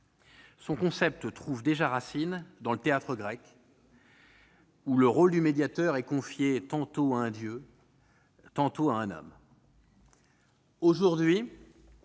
Son concept trouve sa racine dans le théâtre grec, où le rôle du médiateur est confié tantôt à un dieu, tantôt à un homme. Aujourd'hui,